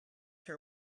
her